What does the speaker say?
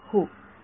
विद्यार्थी